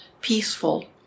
peaceful